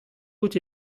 out